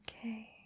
Okay